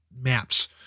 maps